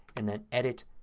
and then edit,